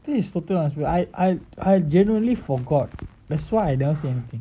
this is totally unacceptable I I I genuinely forgot that's why I never say anything